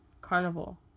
carnival